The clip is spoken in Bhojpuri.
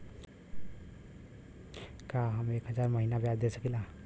का हम एक हज़ार महीना ब्याज दे सकील?